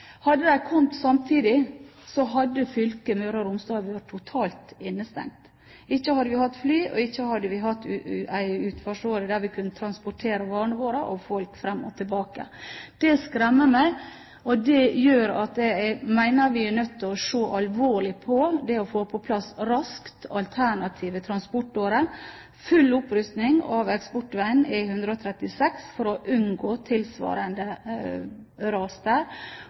hadde fylket Møre og Romsdal vært totalt innestengt. Ikke hadde vi hatt fly, og ikke hadde vi hatt en utfartsåre der vi kunne transportert varene våre og folk fram og tilbake. Det skremmer meg, og det gjør at jeg mener at vi er nødt til å se alvorlig på dette og få på plass alternative transportårer raskt – full opprustning av eksportveien E136 for å unngå